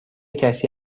کسی